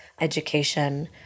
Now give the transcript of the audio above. education